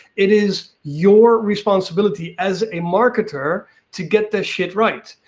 it is your responsibility as a marketer to get this shit right.